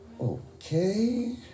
Okay